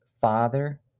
Father